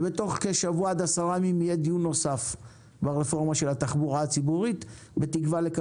ובתוך כשבוע עד 10 ימים יהיה דיון נוסף ברפורמה של התחבורה הציבורית,